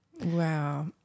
Wow